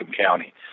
county